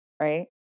Right